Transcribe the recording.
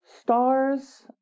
stars